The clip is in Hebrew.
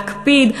להקפיד?